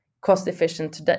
cost-efficient